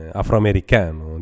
afroamericano